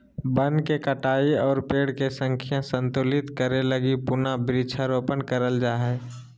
वन के कटाई और पेड़ के संख्या संतुलित करे लगी पुनः वृक्षारोपण करल जा हय